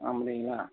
அப்படிங்களா